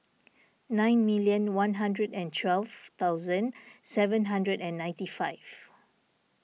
nine million one hundred and twelve thousand seven hundred and ninety five